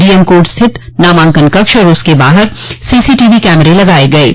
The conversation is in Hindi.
डीएम कोर्ट स्थित नामांकन कक्ष और उसके बाहर सीसीटीवी कैमरे लगाये गये है